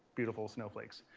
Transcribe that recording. beautiful snowflakes.